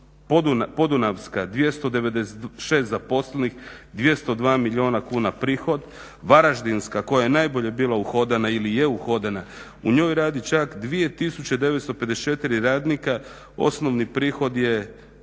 Podunavska 296 zaposlenih, 202 milijuna kuna prihod. Varaždinska koja je najbolje bila uhodana ili je uhodana, u njoj radi čak 2954 radnika, osnovni prihod je